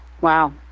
Wow